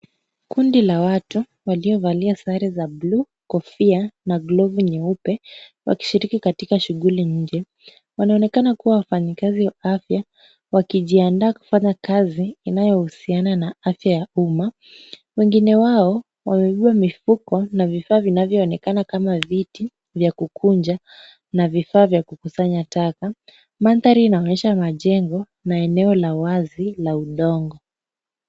Kundi la watu waliovalia sare za blue ,kofia na glovu nyeupe wakishiriki katika shughuli nyingi. Wanaonekana kuwa wafanyakazi wa afya wakijiandaa kufanya kazi inayohusiana na afya ya umma. Wengine wao wamebeba mifuko na vifaa vinavyoonekana kama viti vya kukunja na vifaa vya kukusanya taka. Mandhari inaonyesha majengo na eneo la wazi la udongo.